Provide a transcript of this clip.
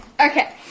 Okay